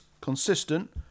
consistent